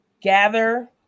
gather